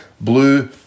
blue